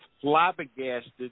flabbergasted